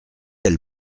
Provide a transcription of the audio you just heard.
elle